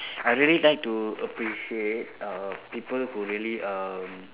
I really like to appreciate err people who really um